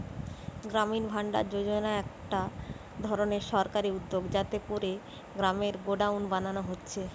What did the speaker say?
গ্রামীণ ভাণ্ডার যোজনা একটা ধরণের সরকারি উদ্যগ যাতে কোরে গ্রামে গোডাউন বানানা হচ্ছে